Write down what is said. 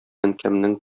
әнкәмнең